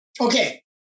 okay